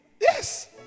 Yes